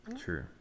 True